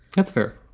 that's fair.